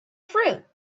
fruit